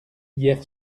hier